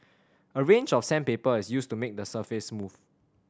a range of sandpaper is used to make the surface smooth